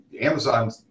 Amazon